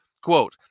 Quote